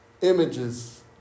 images